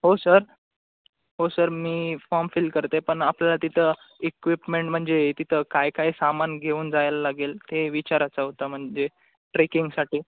हो सर हो सर मी फॉर्म फिल करते पण आपल्याला तिथं इक्विपमेंट म्हणजे तिथं काय काय सामान घेऊन जायला लागेल ते विचारायचा होता म्हणजे ट्रेकिंगसाठी